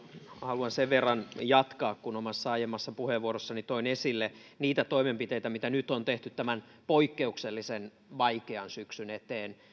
haluan sen verran jatkaa kun omassa aiemmassa puheenvuorossani toin esille niitä toimenpiteitä mitä nyt on tehty tämän poikkeuksellisen vaikean syksyn eteen